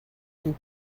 and